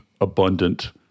abundant